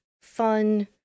fun